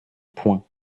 point